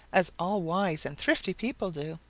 as all wise and thrifty people do.